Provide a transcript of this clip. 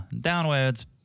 Downwards